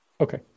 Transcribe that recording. Okay